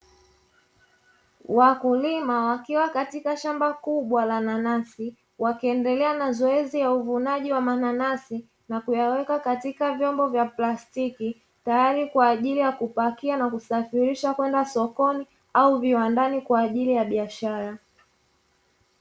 Wakulima wakiwa katika shamba kubwa la nanasi wakiendelea na zoezi la uvunaji wa mananasi, nakuyaweka katika vyombo vya plastiki tayari kwa ajili ya kupakia na kusafirisha kwenda sokoni au viwandani kwa ajili ya biashara.